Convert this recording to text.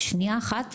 שנייה אחת,